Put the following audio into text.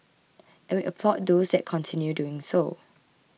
and we applaud those that continue doing so